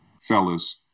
fellas